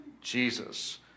Jesus